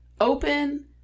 open